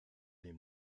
dem